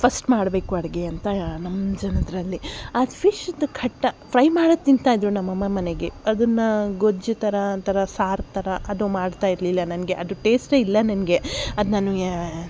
first ಮಾಡಬೇಕು ಅಡಿಗೆ ಅಂತ ನಮ್ಮ ಜನದಲ್ಲಿ ಆ ಫಿಶ್ದು ಕಟ್ಟಾ ಫ್ರೈ ಮಾಡೇ ತಿಂತಾಯಿದ್ರು ನಮ್ಮಮ್ಮ ಮನೆಗೆ ಅದನ್ನು ಗೊಜ್ಜು ಥರ ಒಂಥರ ಸಾರು ಥರ ಅದು ಮಾಡ್ತಾ ಇರಲಿಲ್ಲ ನನಗೆ ಅದು ಟೇಸ್ಟೇ ಇಲ್ಲ ನನಗೆ ಅದು ನಾನು ಯೇ